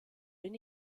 bin